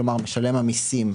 כלומר משלם המיסים,